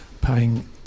paying